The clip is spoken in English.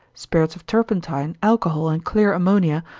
spirits of turpentine, alcohol, and clear ammonia,